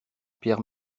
pierre